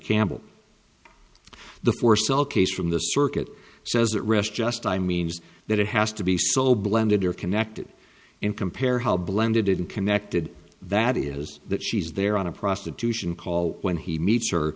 campbell the four cell case from the circuit says it rest just by means that it has to be so blended or connected and compare how blended in connected that is that she's there on a prostitution call when he meets her